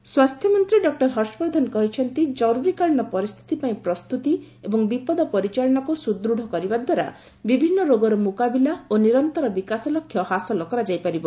ହର୍ଷ ବର୍ଦ୍ଧନ୍ ସ୍ୱାସ୍ଥ୍ୟମନ୍ତ୍ରୀ ଡକୁର୍ ହର୍ଷବର୍ଦ୍ଧନ୍ କହିଛନ୍ତି ଜରୁରୀକାଳୀନ ପରିସ୍ଥିତି ପାଇଁ ପ୍ରସ୍ତୁତି ଏବଂ ବିପଦ ପରିଚାଳନାକୁ ସୁଦୃଢ କରିବା ଦ୍ୱାରା ବିଭିନ୍ନ ରୋଗର ମୁକାବିଲା ଓ ନିରନ୍ତର ବିକାଶ ଲକ୍ଷ୍ୟ ହାସଲ କରାଯାଇପାରିବ